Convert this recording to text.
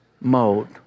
mode